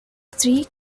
three